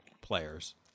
players